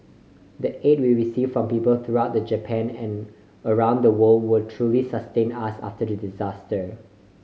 the aid we received from people throughout the Japan and around the world truly sustained us after the disaster